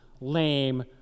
lame